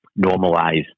normalize